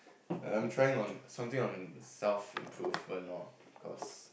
I'm trying on something on self improvement loh cause